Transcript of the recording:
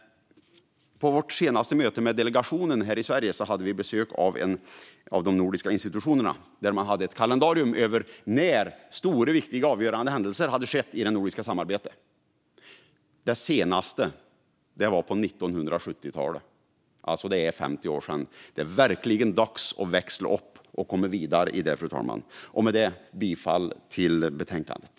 På det senaste mötet med delegationen här i Sverige hade vi besök av de nordiska institutionerna. De hade ett kalendarium över när stora, viktiga, avgörande händelser hade skett i det nordiska samarbetet. Den senaste var på 1970-talet. Det är 50 år sedan. Det är verkligen dags att växla upp och komma vidare, fru talman! Jag yrkar bifall till förslagen i betänkandet.